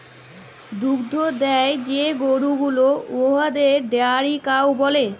দুহুদ দেয় যে গরু গুলা উয়াদেরকে ডেয়ারি কাউ ব্যলে